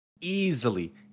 Easily